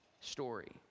story